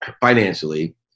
financially